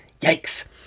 yikes